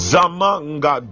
Zamanga